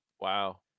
Wow